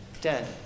Dead